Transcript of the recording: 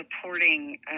supporting